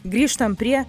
grįžtam prie